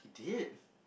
he did